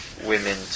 women